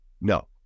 No